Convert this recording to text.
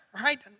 right